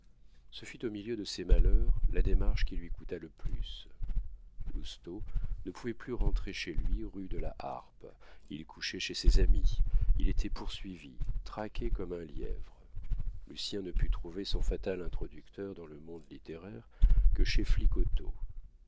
ce fut au milieu de ses malheurs la démarche qui lui coûta le plus lousteau ne pouvait plus rentrer chez lui rue de la harpe il couchait chez ses amis il était poursuivi traqué comme un lièvre lucien ne put trouver son fatal introducteur dans le monde littéraire que chez